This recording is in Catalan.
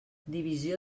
divisió